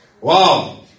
Wow